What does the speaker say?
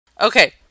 Okay